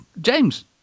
James